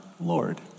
Lord